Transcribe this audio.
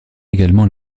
également